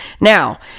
Now